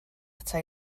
ata